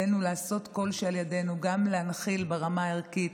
עלינו לעשות כל שלאל ידנו גם להנחיל ברמה הערכית